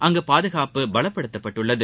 அங்கு பாதுகாப்பு பலப்படுத்தப்பட்டுள்ளது